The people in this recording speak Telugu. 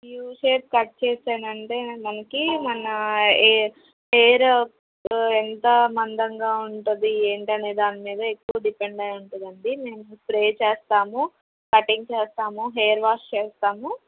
యు షేప్ కట్ చేసాను అంటే మనకు మన ఏయి హెయిర్ ఎంత మందంగా ఉంటుంది ఏంటి అనే దాని మీద ఎక్కువ డిపెండ్ అయి ఉంటుంది అండి మేము స్ప్రే చేస్తాము కటింగ్ చేస్తాము హెయిర్ వాష్ చేస్తాము